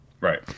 Right